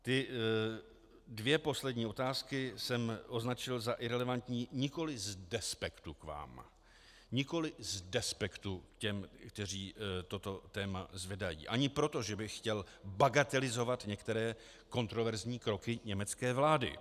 Ty dvě poslední otázky jsem označil za irelevantní nikoli z despektu k vám, nikoli z despektu k těm, kteří toto téma zvedají, ani proto, že bych chtěl bagatelizovat některé kontroverzní kroky německé vlády.